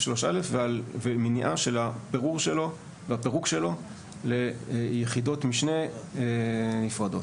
3(א) ומניעה של הפירוק שלו ליחידות משנה נפרדות,